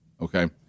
Okay